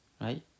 right